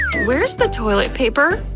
where's the toilet paper?